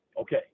Okay